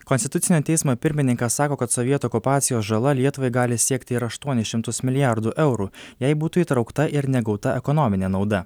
konstitucinio teismo pirmininkas sako kad sovietų okupacijos žala lietuvai gali siekti ir aštuonis šimtus milijardų eurų jei būtų įtraukta ir negauta ekonominė nauda